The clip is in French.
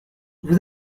vous